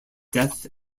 death